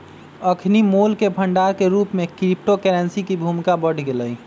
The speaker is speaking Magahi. अखनि मोल के भंडार के रूप में क्रिप्टो करेंसी के भूमिका बढ़ गेलइ